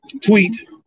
tweet